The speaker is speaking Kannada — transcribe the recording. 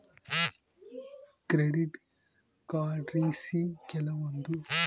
ಕ್ರೆಡಿಟ್ ಕಾರ್ಡ್ಲಾಸಿ ಕೆಲವೊಂದು ತಾಂಬುವಾಗ ರಿಯಾಯಿತಿ ಸುತ ಶೇಕಡಾ ಐದರಿಂದ ಹತ್ತರಷ್ಟು ಸಿಗ್ತತೆ